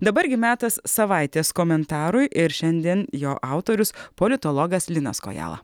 dabar gi metas savaitės komentarui ir šiandien jo autorius politologas linas kojala